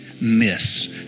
miss